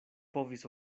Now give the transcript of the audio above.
povis